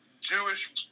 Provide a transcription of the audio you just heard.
Jewish